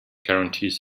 guarantees